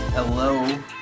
hello